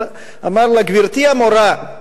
אמר לה: גברתי המורה,